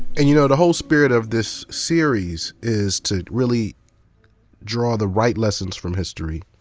and, you know the whole spirit of this series is to really draw the right lessons from history.